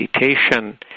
meditation